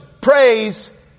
praise